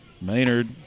Maynard